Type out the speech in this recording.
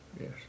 Yes